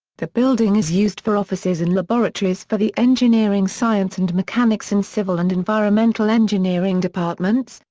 the building is used for offices and laboratories for the engineering science and mechanics and civil and environmental engineering departments,